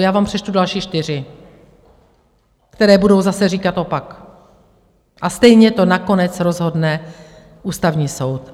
Já vám přečtu další čtyři, které budou zase říkat opak, a stejně to nakonec rozhodne Ústavní soud.